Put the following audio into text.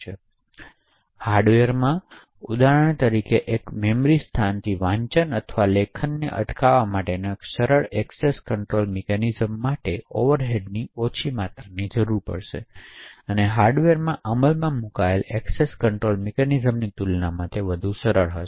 તેથી હાર્ડવેરમાં ઉદાહરણ તરીકે એક મેમરી સ્થાનથી વાંચન અથવા લેખનને અટકાવવા માટે એક સરળ એક્સેસ કંટ્રોલ મિકેનિઝમ માટે ઓવરહેડ્સની ઓછી માત્રાની જરૂર પડશે અને હાર્ડવેરમાં અમલમાં મૂકાયેલ એએક્સેસ કન્ટ્રોલ મિકેનિઝમ્સની તુલનામાં વધુ સરળ હશે